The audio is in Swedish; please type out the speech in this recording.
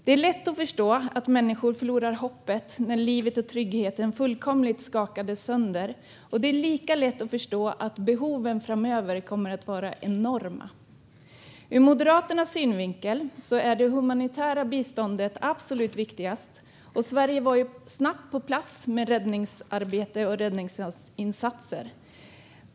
Det är lätt att förstå att människor förlorar hoppet när livet och tryggheten fullkomligt skakats sönder. Det är lika lätt att förstå att behoven kommer att vara enorma framöver. Ur Moderaternas synvinkel är det humanitära biståndet absolut viktigast. Sverige var snabbt på plats i räddningsarbetet och med räddningsinsatser.